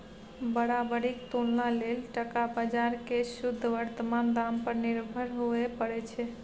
बराबरीक तुलना लेल टका बजार केँ शुद्ध बर्तमान दाम पर निर्भर हुअए परै छै